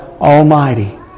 Almighty